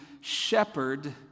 shepherd